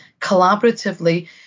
collaboratively